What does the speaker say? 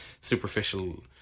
superficial